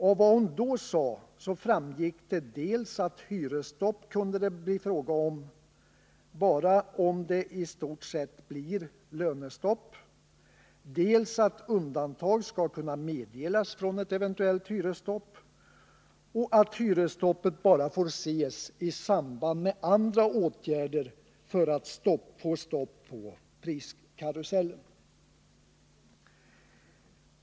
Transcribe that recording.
Av vad hon då sade framgick dels att det bara kunde bli fråga om hyresstopp om det i stort sett blir lönestopp, dels att undantag skall kunna meddelas från ett eventuellt hyresstopp samt dels att hyresstoppet bara får ses i samband med andra åtgärder för att få stopp på priskarusellen.